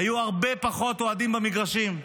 היו הרבה פחות אוהדים במגרשים.